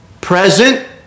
present